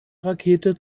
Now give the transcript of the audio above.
rakete